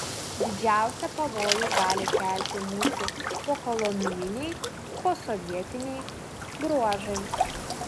didžiausią pavojų gali kelti mūsų pokolonijiniai posovietiniai bruožai